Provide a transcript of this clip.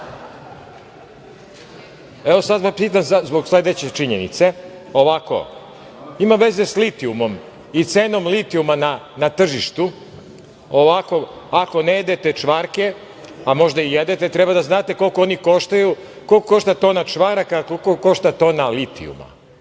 dve čvarke? Pitam to zbog sledeće činjenice. Ima veze sa litijumom i cenom litijuma na tržištu. Ako ne jedete čvarke, a možda i jedete, treba da znate koliko oni koštaju, koliko košta tona čvaraka, koliko košta tona litijuma.